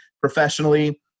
professionally